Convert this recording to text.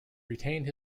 retained